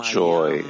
joy